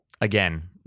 Again